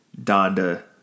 Donda